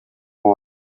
all